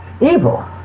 Evil